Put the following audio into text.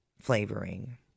flavoring